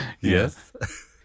yes